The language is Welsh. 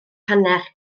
hanner